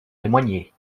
témoigner